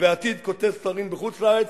ובעתיד כותב ספרים בחוץ-לארץ,